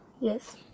yes